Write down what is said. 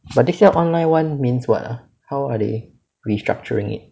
but this year online [one] means what ah how are they restructuring it